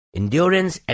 endurance